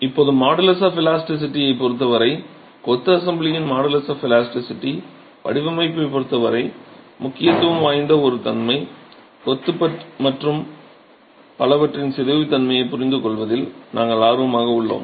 இப்போது modulus of இலாஸ்டிசிட்டியைப் பொறுத்தவரை கொத்து அசெம்பிளியின் மாடுலஸ் ஆஃப் இலாஸ்டிசிட்டி வடிவமைப்பைப் பொருத்தவரை முக்கியத்துவம் வாய்ந்த ஒரு தன்மை கொத்து மற்றும் பலவற்றின் சிதைவுத்தன்மையைப் புரிந்துகொள்வதில் நாங்கள் ஆர்வமாக உள்ளோம்